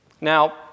Now